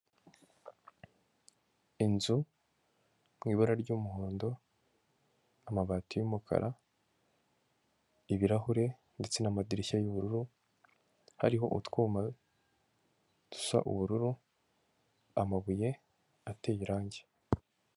Inzu mu ibara ry'umuhondo, amabati y'umukara, ibirahure ndetse n'amadirishya y'ubururu, hariho utwuma dusa ubururu, amabuye ateye irange.